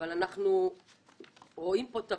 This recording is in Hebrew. אנחנו חיוביים פה.